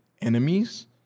enemies